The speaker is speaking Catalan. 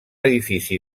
edifici